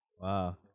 Wow